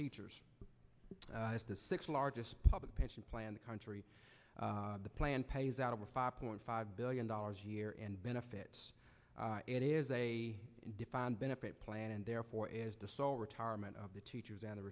teachers the six largest public pension plan the country plan pays out over five point five billion dollars a year and benefits it is a defined benefit plan and therefore the sole retirement of the teachers and